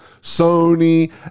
sony